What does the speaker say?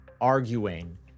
arguing